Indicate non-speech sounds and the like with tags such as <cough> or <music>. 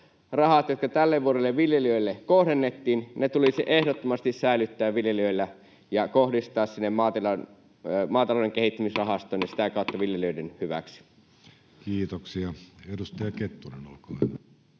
rahat, jotka tälle vuodelle viljelijöille kohdennettiin, <noise> tulisi ehdottomasti säilyttää viljelijöillä ja kohdistaa sinne maatalouden kehittämisrahastoon <noise> ja sitä kautta viljelijöiden hyväksi. Kiitoksia. — Edustaja Kettunen, olkaa hyvä.